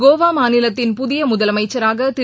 கோவா மாநிலத்தின் புதிய முதலமைச்சராக திரு